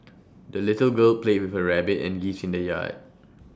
the little girl played with her rabbit and geese in the yard